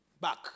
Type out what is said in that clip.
back